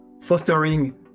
fostering